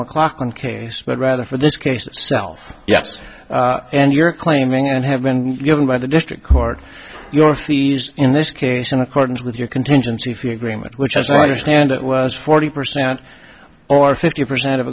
mclachlin case but rather for this case self yes and you're claiming and have been given by the district court your fees in this case in accordance with your contingency fee agreement which as i understand it was forty percent or fifty percent of